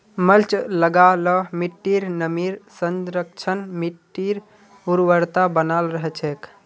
mulch लगा ल मिट्टीर नमीर संरक्षण, मिट्टीर उर्वरता बनाल रह छेक